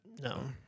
No